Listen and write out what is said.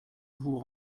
vous